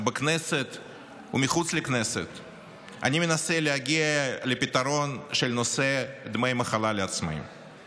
אני מנסה להגיע לפתרון של נושא דמי מחלה לעצמאים בכנסת ומחוץ לכנסת.